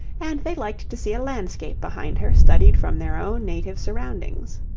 and they liked to see a landscape behind her studied from their own native surroundings.